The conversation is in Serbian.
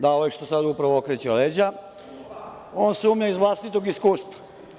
Da, ovaj što sad upravo okreće leđa, on sumnja iz vlastitog iskustva.